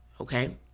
okay